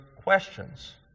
questions